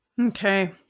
Okay